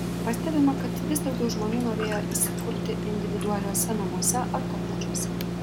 pastebima kad vis daugiau žmonių norėjo įsikurti individualiuose namuose ar kotedžuose